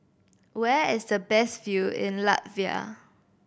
where is the best view in Latvia